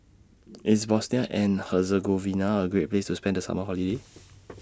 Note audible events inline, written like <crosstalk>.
IS Bosnia and Herzegovina A Great Place to spend The Summer Holiday <noise>